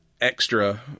extra